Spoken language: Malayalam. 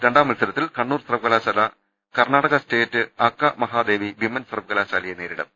രണ്ടാം മത്സരത്തിൽ കണ്ണൂർ സർവകലാശാല കർണാടക സ്റ്റേറ്റ് അക്കമഹാദേവി വിമൻ സർവകലാശാലയെ നേരിടും